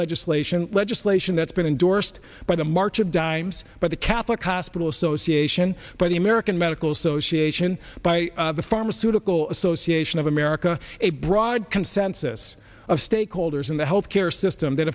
legislation legislation that's been endorsed by the march of dimes by the catholic hospital association by the american medical association by the pharmaceutical association of america a broad consensus of stakeholders in the health care system that